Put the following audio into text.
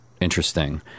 interesting